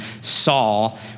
Saul